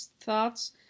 thoughts